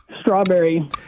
Strawberry